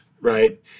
right